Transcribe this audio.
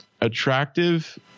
attractive